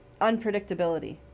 unpredictability